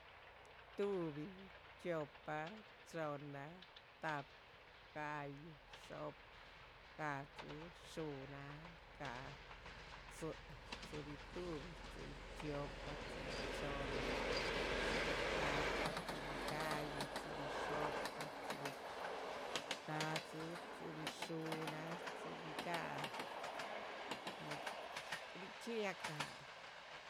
Tuhbi, chiopa, chohnna, tahpa, ga´yu, xo´pa, gahdzí, xuhnnaa, ga´, tzí, tzíbi tuhbi, tzíbi chiopa, tzíbi chohnna, tzíbi tahpa, tzíbi ga´yu, tzíbi xo´pa, tdzíbi gahdzí. tdzíbi xuhnnaa, tdzíbi ga´, e richxí ria´cahn.